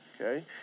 okay